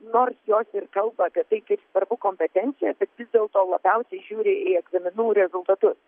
nors jos ir kalba apie tai kaip svarbu kompetencija bet vis dėlto labiausiai žiūri į egzaminų rezultatus